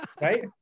right